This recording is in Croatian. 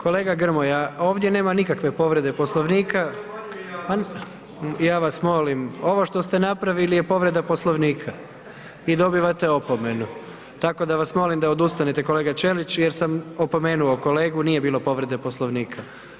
Kolega Grmoja, ovdje nema nikakve povrede Poslovnika … [[Upadica se ne razumije.]] ja vas molim ovo što ste napravili je povreda Poslovnika i dobivate opomenu, tako da vas molim da odustanete kolega Ćelić jer sam opomenuo kolegu nije bilo povrede Poslovnika.